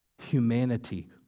humanity